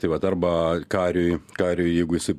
tai vat arba kariui kariui jeigu jisai